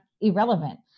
irrelevant